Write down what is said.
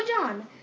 John